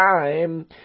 time